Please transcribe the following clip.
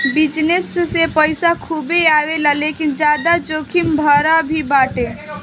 business से पईसा खूबे आवेला लेकिन ज्यादा जोखिम भरा भी बाटे